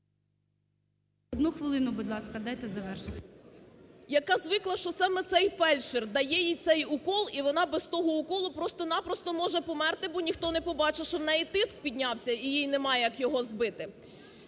Одну хвилину, будь ласка, дайте завершити. СЮМАР В.П. Яка звикла, що саме цей фельдшер дає їй цей укол, і вона без того уколу просто-на-просто може померти, бо ніхто не побачить, що в неї тиск піднявся і їй нема як його збити.